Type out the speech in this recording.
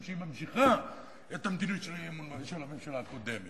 שהיא ממשיכה את המדיניות של הממשלה הקודמת.